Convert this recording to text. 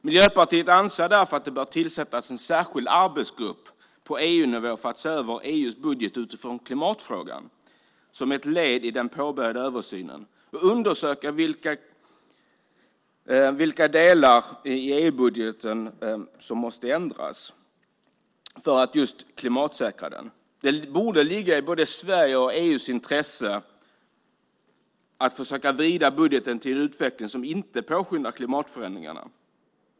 Miljöpartiet anser därför att en särskild arbetsgrupp bör tillsättas på EU-nivå. Den ska se över EU:s budget utifrån klimatfrågan som ett led i den påbörjade översynen och undersöka vilka delar i EU-budgeten som måste ändras för att klimatsäkra den. Det borde ligga i både Sveriges och EU:s intresse att försöka vrida budgeten mot en utveckling som inte påskyndar klimatförändringarna.